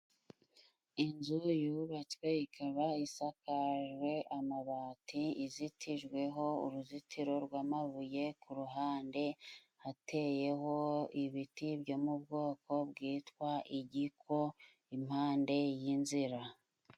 Inzu yubatswe ikaba isakajwe amabati, izitijweho uruzitiro rw'amabuye, ku ruhande hateyeho ibiti byo mu bwoko bwitwa igiko impande y'inzira.